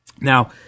now